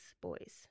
boys